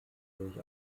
sich